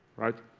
right